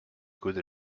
could